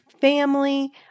family